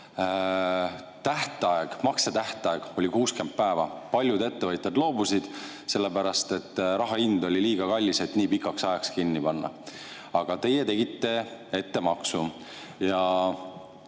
vaja. Maksetähtaeg oli 60 päeva. Paljud ettevõtjad loobusid, sellepärast et raha oli liiga kallis, et nii pikaks ajaks kinni panna. Aga teie tegite ettemaksu.